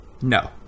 No